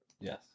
Yes